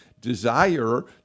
desire